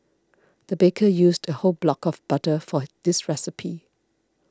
the baker used a whole block of butter for this recipe